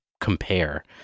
compare